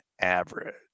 average